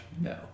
No